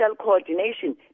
coordination